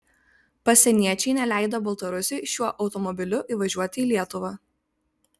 pasieniečiai neleido baltarusiui šiuo automobiliu įvažiuoti į lietuvą